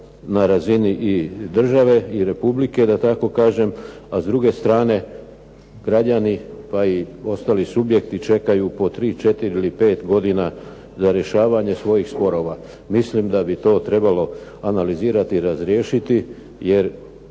na razini države i Republike da tako kažem, a s druge strane građani a i ostali subjekti čekaju po tri, četiri ili pet godina za rješavanje svojih sporova. Mislim da bi to trebalo analizirati i razriješiti, jer